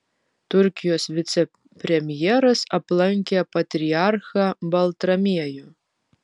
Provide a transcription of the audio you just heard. turkijos vicepremjeras aplankė patriarchą baltramiejų